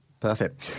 Perfect